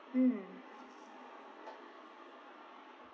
mm